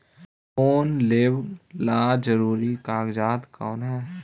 Loan लेब ला जरूरी कागजात कोन है?